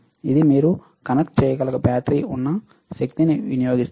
ఇది మీరు కనెక్ట్ చేయగల బ్యాటరీ ఉన్న శక్తిని వినియోగిస్తుంది